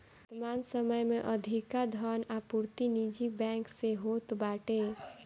वर्तमान समय में अधिका धन आपूर्ति निजी बैंक से होत बाटे